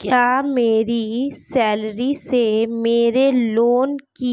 क्या मेरी सैलरी से मेरे लोंन की